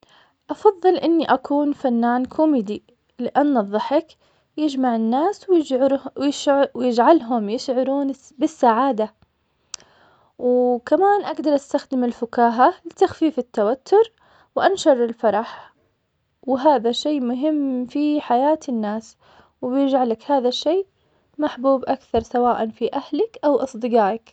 أفضل التحكم في الماء, لأنه يعتبر عنصر أساسي للحياة, وأقدر استخدمه في الزراعة, وكمان في الري وتوفير المياه للناس, التحكم في الماء يعطيني القدرة على تحسيبن البيئة, وحل مشاكل الجفاف, وهذا له تأثيره الإيجابي الكبير على كل المجتمعات.